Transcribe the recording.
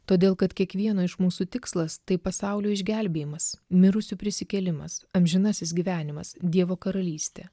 todėl kad kiekvieno iš mūsų tikslas tai pasaulio išgelbėjimas mirusių prisikėlimas amžinasis gyvenimas dievo karalystė